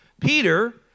Peter